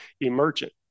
emergent